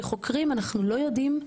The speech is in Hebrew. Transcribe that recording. כחוקרים, אנחנו לא יודעים.